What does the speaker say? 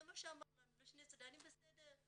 זה מה שהוא אמר לנו "לשני הצדדים בסדר,